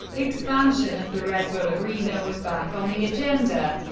expansion of the red bull arena was back on the agenda.